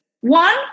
One